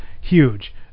huge